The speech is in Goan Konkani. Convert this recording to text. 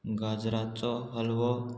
गाजराचो हलवो